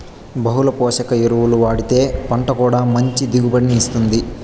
బహుళ పోషక ఎరువులు వాడితే పంట కూడా మంచి దిగుబడిని ఇత్తుంది